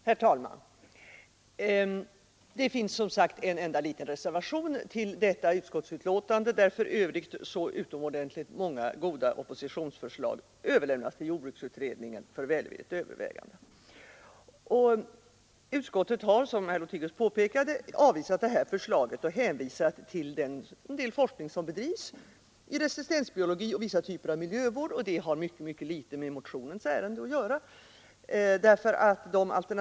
Herr talman! Det finns ju som sagt en enda liten reservation till detta utskottsbetänkande, där för övrigt så många utomordenligt goda oppositionsförslag överlämnas till jordbruksutredningen för välvilligt övervägande. Utskottet har, som herr Lothigius påpekade, med hänvisning till en hel del forskning som bedrivs i resistensbiologi och vissa typer av miljövård avvisat förslaget att jordbruksutredningen också skulle få i uppdrag att utreda hur alternativa jordbruksmetoder skulle kunna främjas. Denna forskning har dock mycket litet med motionens ärende att göra.